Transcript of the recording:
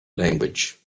language